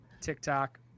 TikTok